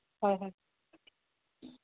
হয় হয়